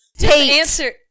Answer